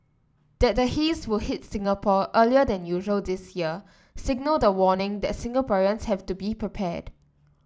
that the haze will hit Singapore earlier than usual this year signalled a warning that Singaporean have to be prepared